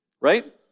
right